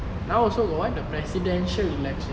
now also got what the presidential election